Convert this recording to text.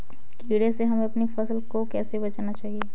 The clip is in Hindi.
कीड़े से हमें अपनी फसल को कैसे बचाना चाहिए?